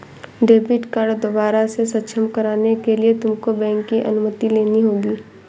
debit card दोबारा से सक्षम कराने के लिए तुमको बैंक की अनुमति लेनी होगी